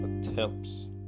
attempts